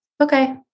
okay